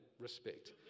respect